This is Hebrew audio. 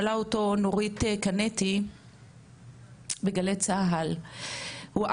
שאלה אותו נורית קנטי בגלי צה"ל מה